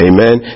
Amen